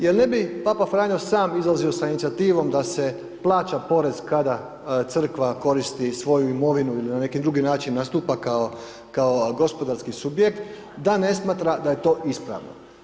Jel ne bi Papa Franjo sam izlazio sa inicijativom da se plaća porez kada crkva koristi svoju imovinu ili na neki drugi način nastupa kao, kao gospodarski subjekt, da ne smatra da je to ispravno.